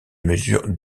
mesurent